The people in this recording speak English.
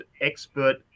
expert